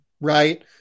right